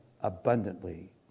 abundantly